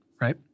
right